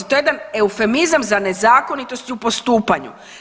To je jedan eufemizam za nezakonitosti u postupanju.